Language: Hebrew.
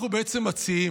אנחנו בעצם מציעים: